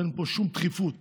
אין שום דחיפות